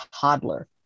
toddler